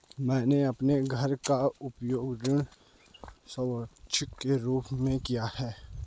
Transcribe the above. मैंने अपने घर का उपयोग ऋण संपार्श्विक के रूप में किया है